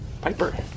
Piper